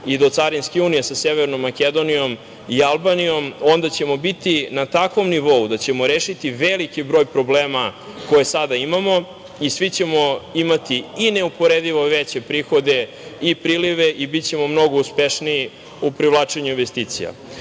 i do carinske unije sa Severnom Makedonijom i Albanijom, onda ćemo biti na takvom nivou da ćemo rešiti veliki broj problema koje sada imamo i svi ćemo imati i neuporedivo veće prihode i prilive i bićemo mnogo uspešniji u privlačenju investicija.Za